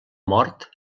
mort